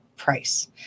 Price